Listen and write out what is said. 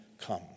come